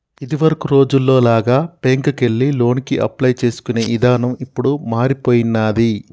ఇదివరకటి రోజుల్లో లాగా బ్యేంకుకెళ్లి లోనుకి అప్లై చేసుకునే ఇదానం ఇప్పుడు మారిపొయ్యినాది